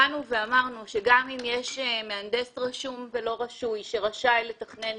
אמרנו שגם אם יש מהנדס רשום ולא רשוי שרשאי לתכנן